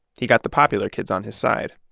he got the popular kids on his side